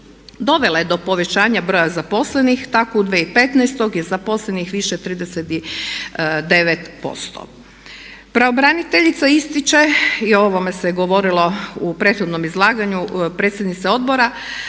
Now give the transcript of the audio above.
dovela je do povećanja broja zaposlenih. Tako u 2015. je zaposlenih više 39%. Pravobraniteljica ističe, i o ovome se govorilo u prethodnom izlaganju predsjednice odbora,